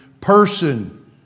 person